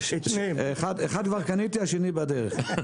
אחד כבר קניתי, השני בדרך.